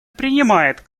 принимает